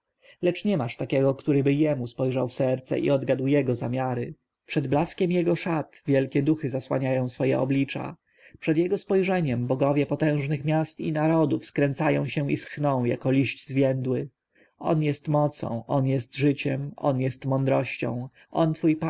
lecz niemasz takiego któryby jemu spojrzał w serce i odgadł jego zamiary przed blaskiem jego szat wielkie duchy zasłaniają swoje oblicza przed jego spojrzeniem bogowie potężnych miast i narodów skręcają się i schną jako liść zwiędły on jest mocą on jest życiem on jest mądrością on twój